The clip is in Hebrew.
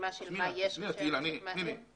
מה שיש לכם?